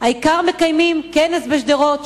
העיקר, מקיימים כנס בשדרות.